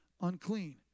unclean